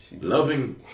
loving